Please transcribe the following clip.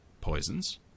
poisons